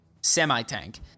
semi-tank